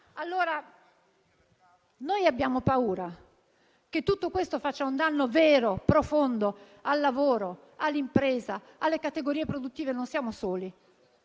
Noi abbiamo paura che tutto questo faccia un danno vero e profondo al lavoro, all'impresa, alle categorie produttive e non siamo soli,